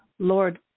Lord